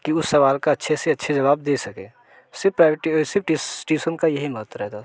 कि उस सवाल का अच्छे से अच्छे जवाब दे सकें सिर्फ प्राइवेट सिर्फ टिशन का यही महत्त्व रहता था